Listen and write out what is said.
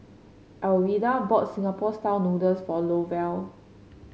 Alwilda brought Singapore style noodles for Lovell